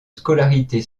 scolarité